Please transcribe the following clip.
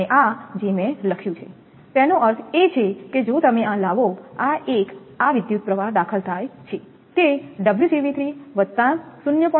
અને આ જે મેં લખ્યું છે તેનો અર્થ એ છે કે જો તમે આ લાવો આ એક આ વિદ્યુતપ્રવાહ દાખલ થાય છે તે વત્તા 0